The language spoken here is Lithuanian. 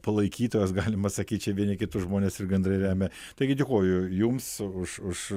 palaikytojas galima sakyt čia vieni kitus žmonės ir gandrai remia taigi dėkoju jums už už